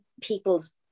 people's